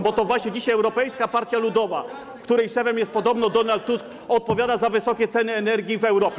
bo to właśnie dzisiaj Europejska Partia Ludowa, której szefem podobno jest Donald Tusk, odpowiada za wysokie ceny energii w Europie.